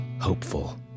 hopeful